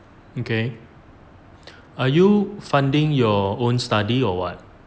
okay are you funding your own study or what